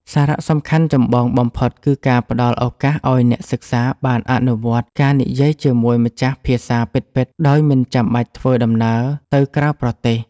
សារៈសំខាន់ចម្បងបំផុតគឺការផ្ដល់ឱកាសឱ្យអ្នកសិក្សាបានអនុវត្តការនិយាយជាមួយម្ចាស់ភាសាពិតៗដោយមិនចាំបាច់ធ្វើដំណើរទៅក្រៅប្រទេស។